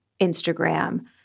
Instagram